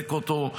לחזק אותו,